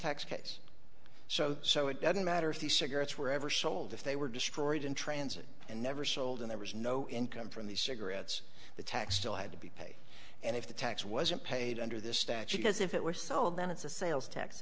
tax case so so it doesn't matter if the cigarettes were ever sold if they were destroyed in transit and never sold in there was no income from the cigarettes the tax still had to be paid and if the tax wasn't paid under this statute as if it were sold then it's a sales tax